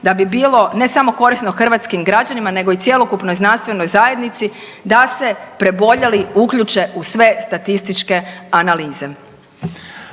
da bi bilo ne samo korisno hrvatskim građanima, nego i cjelokupnoj znanstvenoj zajednici da se preboljeli uključe u sve statističke analize.